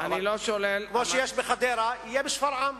אבל כמו שיש בחדרה יהיה בשפרעם.